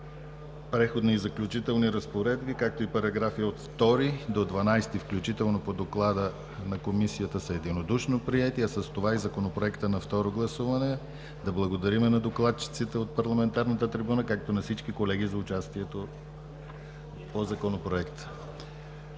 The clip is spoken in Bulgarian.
„Преходни и заключителни разпоредби“, както и параграфи от 2 до 12 включително по доклада на Комисията, са единодушно приети, а с това и Законопроектът на второ гласуване. Да благодарим на докладчиците от парламентарната трибуна, както и на всички колеги за участието по Законопроекта.